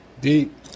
deep